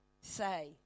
say